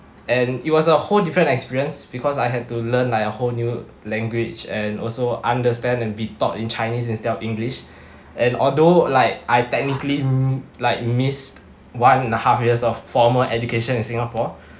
and it was a whole different experience because I had to learn like a whole new language and also understand and be taught in chinese instead of english and although like I technically like missed one and a half years of formal education in singapore